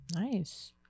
nice